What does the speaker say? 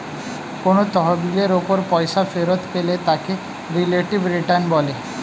কোন তহবিলের উপর পয়সা ফেরত পেলে তাকে রিলেটিভ রিটার্ন বলে